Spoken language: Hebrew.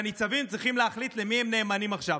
והניצבים צריכים להחליט למי הם נאמנים עכשיו,